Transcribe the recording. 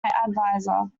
advisor